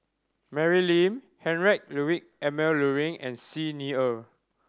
Mary Lim Heinrich Ludwig Emil Luering and Xi Ni Er